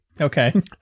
Okay